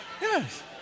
Yes